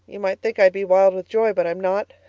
you might think i'd be wild with joy, but i'm not.